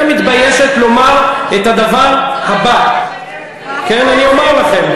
מתביישת לומר את הדבר הבא: אני אומר לכם,